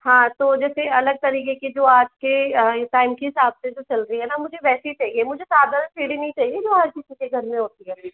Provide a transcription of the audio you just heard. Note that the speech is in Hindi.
हाँ तो जैसे अलग तरीके के जो आज के टाइम के हिसाब से जो चल रही है न मुझे वैसी चाहिए मुझे साधारण सीढ़ी नहीं चाहिए जो हर किसी के घर में होती है